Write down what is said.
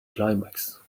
climax